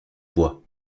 bois